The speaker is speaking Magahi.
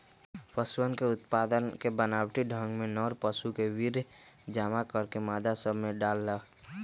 पशुअन के उत्पादन के बनावटी ढंग में नर पशु के वीर्य जमा करके मादा सब में डाल्ल